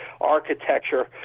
architecture